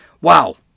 Wow